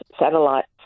satellites